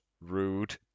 rude